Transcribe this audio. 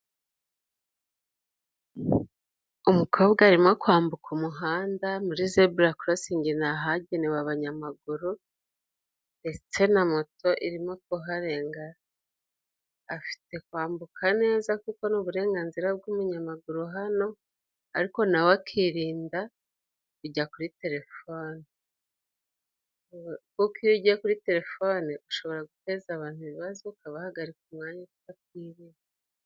Umukobwa arimo kwambuka umuhanda muri zebura korosingi， ni ahagenewe abanyamaguru，ndetse na moto irimo kuharenga，afite kwambuka neza kuko ni uburenganzira bw'umunyamaguru hano， ariko nawe akirinda kujya kuri terefone，kuko iyo ugiye kuri terefone ushobora guteza abantu ibibazo ukabahagarika umwanya udakwiriye.